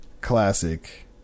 classic